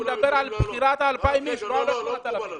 אני מדבר על בחירת 2,000 האנשים לא על ה-8,000.